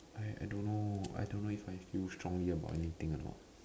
I I don't know I don't know if I feel strongly about anything or not